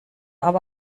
arm